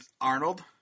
Arnold